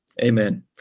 Amen